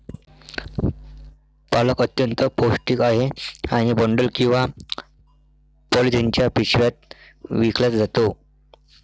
पालक अत्यंत पौष्टिक आहे आणि बंडल किंवा पॉलिथिनच्या पिशव्यात विकला जातो